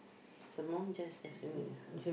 some more just the swimming ah